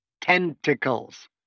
Tentacles